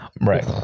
Right